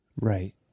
Right